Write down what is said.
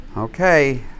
Okay